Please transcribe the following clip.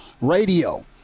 radio